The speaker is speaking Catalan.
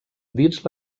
dins